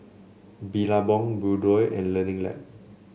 Billabong Bluedio and Learning Lab